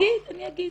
אני אגיד.